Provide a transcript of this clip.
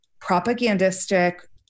propagandistic